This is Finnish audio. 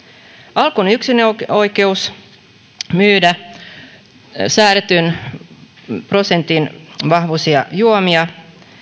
alkon yksinoikeus myydä säädetyn prosentin vahvuisia juomia